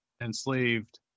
enslaved